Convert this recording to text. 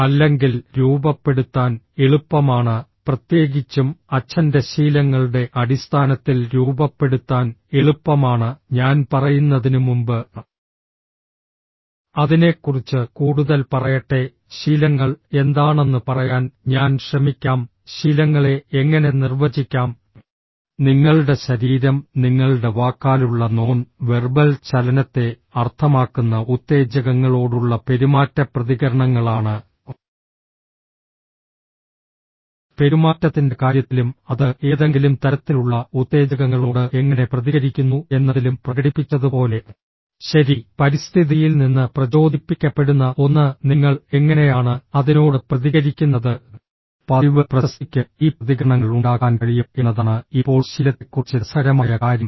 അല്ലെങ്കിൽ രൂപപ്പെടുത്താൻ എളുപ്പമാണ് പ്രത്യേകിച്ചും അച്ഛന്റെ ശീലങ്ങളുടെ അടിസ്ഥാനത്തിൽ രൂപപ്പെടുത്താൻ എളുപ്പമാണ് ഞാൻ പറയുന്നതിനുമുമ്പ് അതിനെക്കുറിച്ച് കൂടുതൽ പറയട്ടെ ശീലങ്ങൾ എന്താണെന്ന് പറയാൻ ഞാൻ ശ്രമിക്കാം ശീലങ്ങളെ എങ്ങനെ നിർവചിക്കാം നിങ്ങളുടെ ശരീരം നിങ്ങളുടെ വാക്കാലുള്ള നോൺ വെർബൽ ചലനത്തെ അർത്ഥമാക്കുന്ന ഉത്തേജകങ്ങളോടുള്ള പെരുമാറ്റ പ്രതികരണങ്ങളാണ് പെരുമാറ്റത്തിന്റെ കാര്യത്തിലും അത് ഏതെങ്കിലും തരത്തിലുള്ള ഉത്തേജകങ്ങളോട് എങ്ങനെ പ്രതികരിക്കുന്നു എന്നതിലും പ്രകടിപ്പിച്ചതുപോലെ ശരി പരിസ്ഥിതിയിൽ നിന്ന് പ്രചോദിപ്പിക്കപ്പെടുന്ന ഒന്ന് നിങ്ങൾ എങ്ങനെയാണ് അതിനോട് പ്രതികരിക്കുന്നത് പതിവ് പ്രശസ്തിക്ക് ഈ പ്രതികരണങ്ങൾ ഉണ്ടാക്കാൻ കഴിയും എന്നതാണ് ഇപ്പോൾ ശീലത്തെക്കുറിച്ച് രസകരമായ കാര്യം